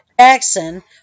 Jackson